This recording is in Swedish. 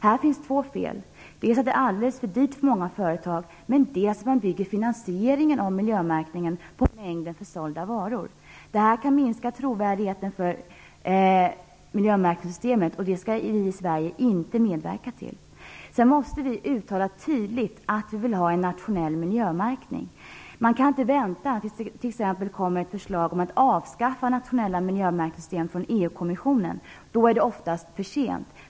Här finns två fel: Dels är det alldeles för dyrt för många företag, dels bygger man finansieringen av miljömärkningen på mängden försålda varor. Detta kan minska trovärdigheten för miljömärkningssystemet, och det skall vi i Sverige inte medverka till. Sedan måste vi tydligt uttala att vi vill ha en nationell miljömärkning. Man kan inte vänta tills det t.ex. kommer ett förslag från EU-kommissionen om att avskaffa nationella miljömärkningssystem. Då är det oftast för sent.